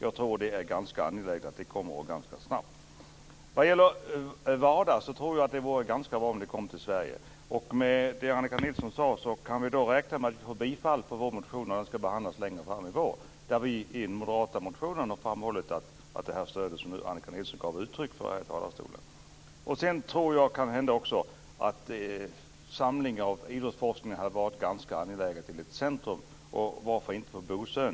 Jag tror att det är ganska angeläget att det kommer ett besked ganska snabbt. Det vore bra om WADA arrangerades i Sverige. Med tanke på det som Annika Nilsson sade, kan vi då räkna med att vi får bifall till vår motion som ska behandlas längre fram i vår och som förordar det stöd som Annika Nilsson gav uttryck för i talarstolen? Jag tror att ett samlande av idrottsforskningen till ett centrum är ganska angeläget. Och varför inte på Bosön?